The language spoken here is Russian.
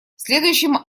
следующим